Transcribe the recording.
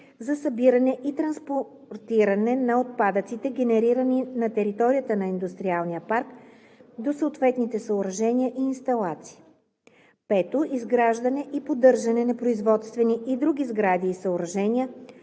за събиране и транспортиране на отпадъците, генерирани на територията на индустриалния парк, до съответните съоръжения и инсталации; 5. изграждане и поддържане на производствени и други сгради и съоръжения